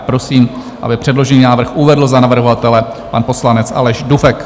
Prosím, aby předložený návrh uvedl za navrhovatele pan poslanec Aleš Dufek.